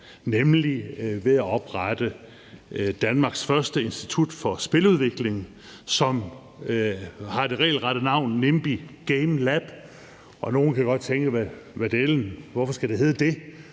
nemlig ved at oprette Danmarks første institut for spiludvikling, som har det mundrette navn Nimbi Gamelab. Og nogle kan godt tænke: Hvad dælen, hvorfor skal hedde det?